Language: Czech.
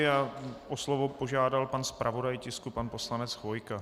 O slovo požádal pan zpravodaj tisku, pan poslanec Chvojka.